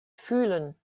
fühlen